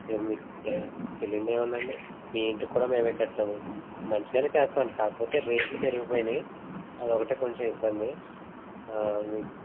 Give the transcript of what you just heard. అంటే మీ తె తెలియనిది ఏమి ఉంది అండి మీ ఇంటికి కూడా మేము కట్టాము మంచిగా చేస్తాం అండి కాకపోతే రేట్లు పెరిగిపోయినాయి అది ఒకటే కొంచెం ఇబ్బంది